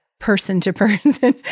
person-to-person